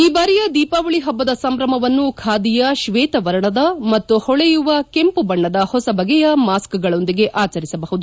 ಈ ಬಾರಿಯ ದೀಪಾವಳಿ ಹಬ್ಬದ ಸಂಭ್ರಮವನ್ನು ಖಾದಿಯ ಕ್ಷೇತ ವರ್ಣದ ಮತ್ತು ಹೊಳೆಯುವ ಕೆಂಪು ಬಣ್ಣದ ಹೊಸ ಬಗೆಯ ಮಾಸ್ಕ್ ಗಳೊಂದಿಗೆ ಆಚರಿಸಬಹುದು